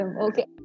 okay